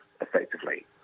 effectively